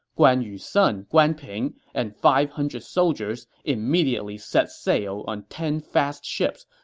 guan yu's son guan ping and five hundred soldiers immediately set sail on ten fast ships,